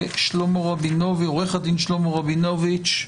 עורך הדין שלמה רבינוביץ',